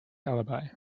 alibi